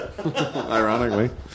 Ironically